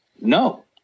no